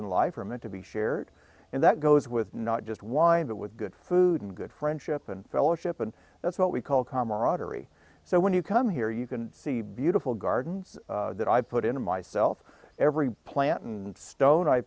in life are meant to be shared and that goes with not just wind but with good food and good friendship and fellowship and that's what we call camaraderie so when you come here you can see beautiful gardens that i've put in myself every plant and stone i